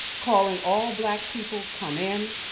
calling all black people, come in.